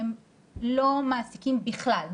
הם לא מעסיקים בכלל,